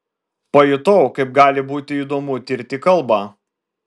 pajutau kaip gali būti įdomu tirti kalbą